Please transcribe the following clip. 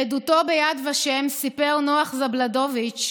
בעדותו ביד ושם סיפר נח זבלדוביץ',